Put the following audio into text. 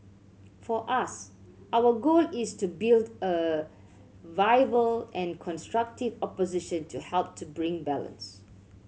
for us our goal is to build a viable and constructive opposition to help to bring balance